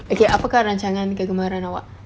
okay apakah rancangan kegemaran awak